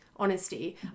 honesty